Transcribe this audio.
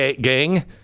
gang